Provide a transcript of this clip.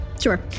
Sure